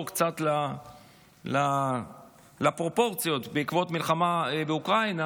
קצת לפרופורציות בעקבות המלחמה באוקראינה,